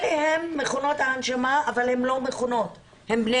אלה מכונות הנשמה אבל הם לא מכונות הם בני